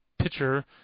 pitcher